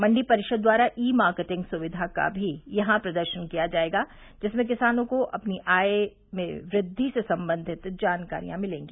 मंडी परिषद द्वारा e marketing सुविधा का भी यहां प्रदर्शन किया जायेगा जिसमें किसानों को अपनी आय में वृद्धि से संबंधित जानकारियां मिलेंगी